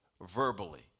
verbally